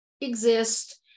exist